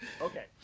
Okay